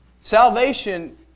Salvation